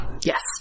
Yes